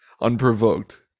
unprovoked